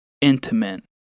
intimate